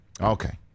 Okay